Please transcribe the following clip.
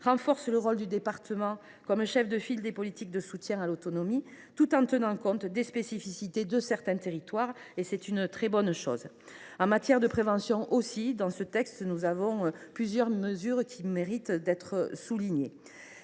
renforce le rôle du département comme chef de file des politiques de soutien à l’autonomie, tout en tenant compte des spécificités de certains territoires. C’est une très bonne chose. En matière de prévention de la perte d’autonomie, plusieurs mesures méritent d’être soulignées.